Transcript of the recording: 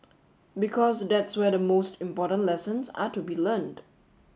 because that's where the most important lessons are to be learnt